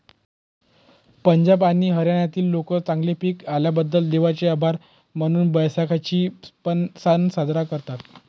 पंजाब आणि हरियाणातील लोक चांगले पीक आल्याबद्दल देवाचे आभार मानून बैसाखीचा सण साजरा करतात